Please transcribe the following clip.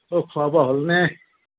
অ' খোৱা বোৱা হ'লনে